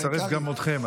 נצרף גם אתכם.